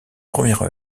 première